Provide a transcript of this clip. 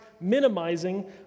minimizing